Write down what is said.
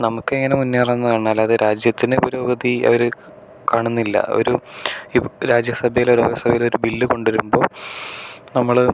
നമുക്കെങ്ങനെ മുന്നേറാം എന്നാണ് അല്ലാതെ രാജ്യത്തിനു പുരോഗതി അവര് കാണുന്നില്ല ഒരു രാജ്യസഭയിലോ ലോകസഭയിലോ ഒരു ബില്ല് കൊണ്ടുവരുമ്പോൾ നമ്മള്